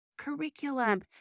curriculum